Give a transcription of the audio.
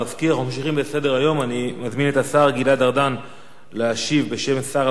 אני מזמין את השר גלעד ארדן להשיב בשם שר הבריאות על הצעות לסדר-היום